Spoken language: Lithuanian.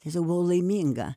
tiesiog buvau laiminga